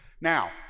Now